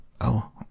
Oh